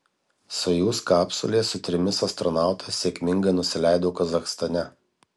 sojuz kapsulė su trimis astronautais sėkmingai nusileido kazachstane